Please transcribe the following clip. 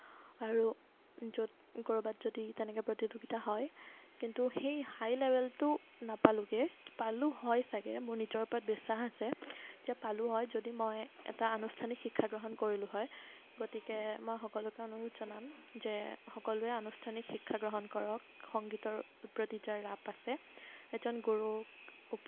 আৰু য'ত ক'ৰবাত যদি তেনেকে প্ৰতিযোগীতা হয় কিন্তু সেই হাই লেভেলটো নাপালোগৈ পালোঁ হয় ছাগে মোৰ নিজৰ ওপৰত বিশ্বাস আছে যে পালোঁ হয় যদি মই এটা আনুষ্ঠানিক শিক্ষা গ্ৰহণ কৰিলোঁ হয় গতিকে মই সকলোকে অনুৰোধ জনাম যে সকলোৱে আনুষ্ঠানিক শিক্ষা গ্ৰহণ কৰক সংগীতৰ প্ৰতি যাৰ ৰাপ আছে এজন গুৰু ওপ